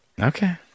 Okay